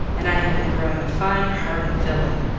and i had been growing a fine hardened villain,